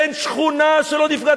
אין שכונה שלא נפגעת.